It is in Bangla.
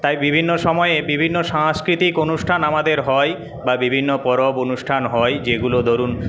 তাই বিভিন্ন সময়ে বিভিন্ন সাংস্কৃতিক অনুষ্ঠান আমাদের হয় বা বিভিন্ন পরব অনুষ্ঠান হয় যেগুলো ধরুন